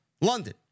London